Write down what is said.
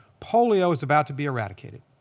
polio is about to be eradicated.